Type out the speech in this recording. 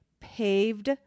paved